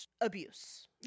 abuse